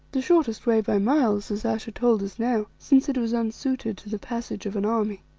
the shortest way by miles, as ayesha told us now, since it was unsuited to the passage of an army.